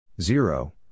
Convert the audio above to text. Zero